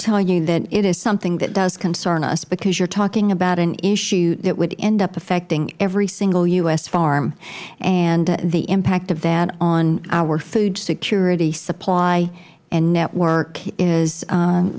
tell you that it is something that does concern us because you are talking about an issue that would end up affecting every single u s farm and the impact of that on our food security supply and network is